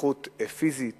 נכות פיזית